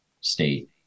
state